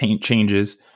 changes